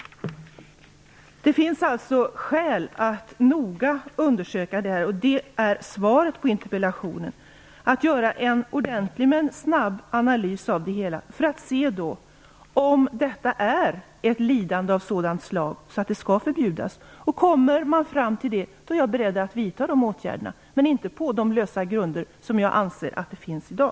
Det finns alltså skäl att noga undersöka det här. Det är svaret på interpellationen, att man skall göra en ordentlig men snabb analys av det hela för att se om eldressyr är ett lidande av sådant slag att det skall förbjudas. Kommer man fram till det, är jag beredd att vidta de åtgärder som är nödvändiga. Men inte på de lösa grunder som jag anser föreligger i dag.